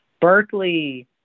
Berkeley